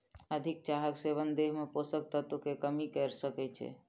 अधिक चाहक सेवन देह में पोषक तत्व के कमी कय सकै छै